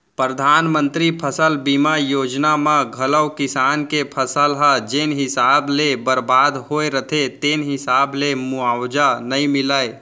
परधानमंतरी फसल बीमा योजना म घलौ किसान के फसल ह जेन हिसाब ले बरबाद होय रथे तेन हिसाब ले मुवावजा नइ मिलय